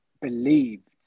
believed